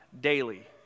Daily